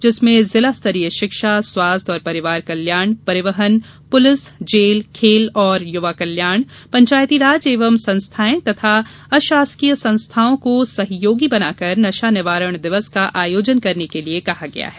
जिसमें जिला स्तरीय शिक्षा स्वास्थ्य और परिवार कल्याण परिवहन पुलिस जेल खेल और युवा कल्याण पंचायती राज एवं संस्थाए तथा अशासकीय संस्थाओं को सहयोगी बनाकर नशा निवारण दिवस का आयोजन करने के लिये कहा गया है